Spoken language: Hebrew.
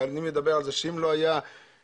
אני אומר שאם זה לא היה אלוף,